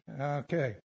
Okay